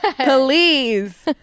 Please